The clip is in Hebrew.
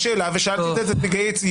השאלה, ושאלתי את ייעוץ וחקיקה,